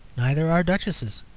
neither are duchesses.